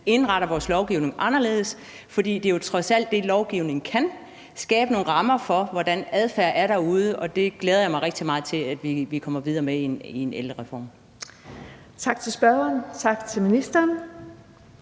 indretter vores lovgivning anderledes. For det er jo trods alt det, en lovgivning kan, altså skabe nogle rammer for, hvordan adfærden er derude, og det glæder jeg mig rigtig meget til at vi kommer videre med i en ældrereform. Kl. 14:55 Den fg. formand